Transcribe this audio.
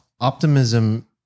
optimism